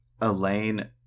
Elaine